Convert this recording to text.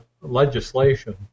legislation